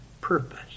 purpose